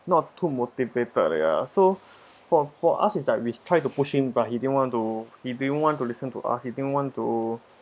not to motivated ya so for for us is like we try to push him but he didn't want to he didn't want to listen to us he didn't want to